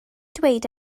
dweud